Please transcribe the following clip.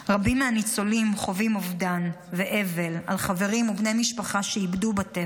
רבים מהניצולים חווים אובדן ואבל על חברים ובני משפחה שאיבדו בטבח,